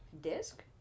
Disc